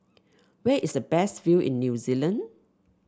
where is the best view in New Zealand